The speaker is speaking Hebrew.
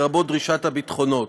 לרבות דרישת הביטחונות,